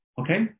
okay